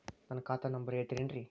ನನ್ನ ಖಾತಾ ನಂಬರ್ ಹೇಳ್ತಿರೇನ್ರಿ?